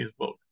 Facebook